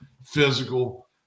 Physical